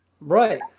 Right